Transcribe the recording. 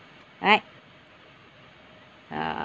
right uh